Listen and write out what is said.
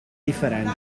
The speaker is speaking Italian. differente